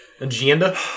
Agenda